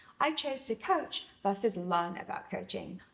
i chose to coach versus learn about coaching.